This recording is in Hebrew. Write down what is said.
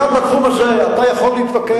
גם בתחום הזה אתה יכול להתווכח,